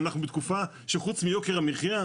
ואנחנו בתקופה שחוץ מיוקר המחייה,